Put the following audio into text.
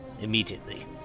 immediately